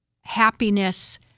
happiness